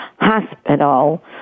hospital